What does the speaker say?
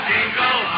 Jingle